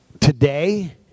Today